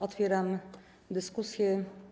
Otwieram dyskusję.